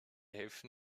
helfen